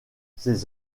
ses